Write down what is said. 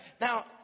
now